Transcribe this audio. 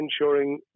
ensuring